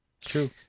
True